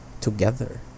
together